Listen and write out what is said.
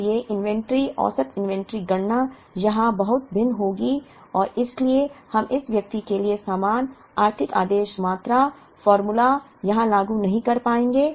इसलिए इन्वेंट्री औसत इन्वेंट्री गणना यहां बहुत भिन्न होगी और इसलिए हम इस व्यक्ति के लिए समान आर्थिक आदेश मात्रा फॉर्मूला यहां लागू नहीं कर पाएंगे